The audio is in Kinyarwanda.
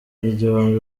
igihumbi